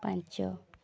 ପାଞ୍ଚ